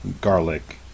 garlic